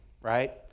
right